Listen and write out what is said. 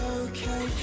okay